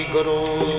Guru